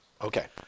Okay